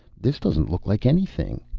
this doesn't look like anything.